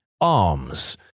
arms